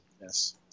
Yes